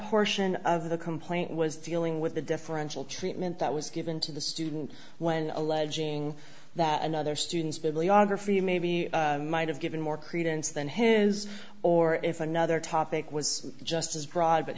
portion of the complaint was dealing with the differential treatment that was given to the student when alleging that another student's bibliography maybe might have given more credence than his or if another topic was just